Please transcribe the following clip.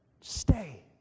stay